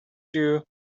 you